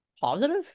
positive